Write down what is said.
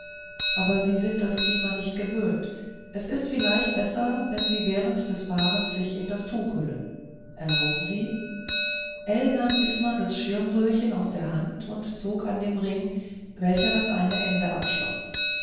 aber sie sind an das klima nicht gewöhnt es ist vielleicht besser wenn sie während des fahrens sich in das tuch hüllen erlauben sie ell nahm isma das schirmröhrchen aus der hand und zog an dem ring welcher das eine ende abschloß